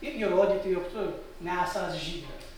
ir įrodyti jog tu nesąs žydas